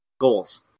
goals